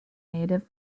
native